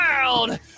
world